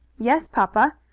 yes, papa.